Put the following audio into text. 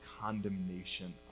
condemnation